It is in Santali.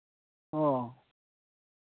ᱚ